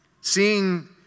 Seeing